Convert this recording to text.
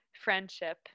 friendship